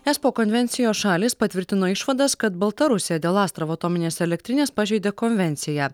espo konvencijos šalys patvirtino išvadas kad baltarusija dėl astravo atominės elektrinės pažeidė konvenciją